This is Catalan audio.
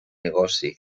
negoci